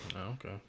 okay